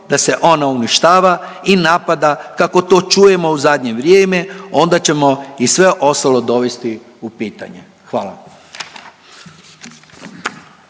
da se ona uništava i napada kako to čujemo u zadnje vrijeme, onda ćemo i sve ostalo dovesti u pitanje. Hvala.